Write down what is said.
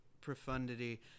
profundity